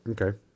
Okay